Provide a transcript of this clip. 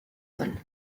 paul